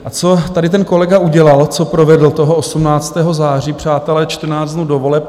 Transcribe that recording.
A co tady ten kolega udělal, co provedl toho 18. září, přátelé, 14 dnů do voleb?